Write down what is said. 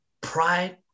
pride